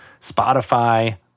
Spotify